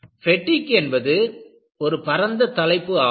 பெடிக் என்பது ஒரு பரந்த தலைப்பு ஆகும்